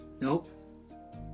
Nope